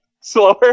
slower